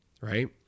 right